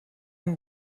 amb